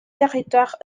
territoires